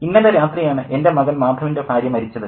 ഇന്നലെ രാത്രിയാണ് എൻ്റെ മകൻ മാധവിൻ്റെ ഭാര്യ മരിച്ചത്